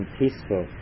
peaceful